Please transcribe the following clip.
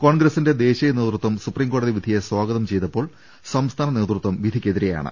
കോൺഗ്രസിന്റെ ദേശീയ നേതൃത്വം സുപ്രീംകോടതി വിധിയെ സ്വാഗതം ചെയ്തപ്പോൾ സംസ്ഥാന നേതൃത്വം വിധിക്ക് എതിരെയാണ്